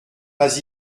pas